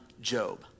Job